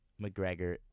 McGregor